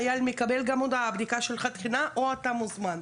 החייל מקבל הודעה: הבדיקה שלך תקינה או אתה מוזמן.